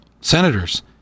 senators